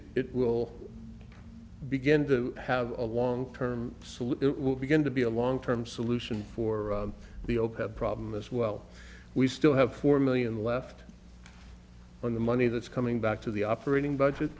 it will begin to have a long term solution will be going to be a long term solution for the opeth problem as well we still have four million left on the money that's coming back to the operating budget